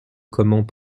comment